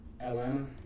Atlanta